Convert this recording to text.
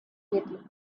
with